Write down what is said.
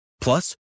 Plus